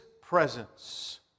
presence